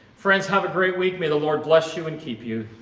friends, have a great week. may the lord bless you and keep you.